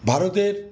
ভারতের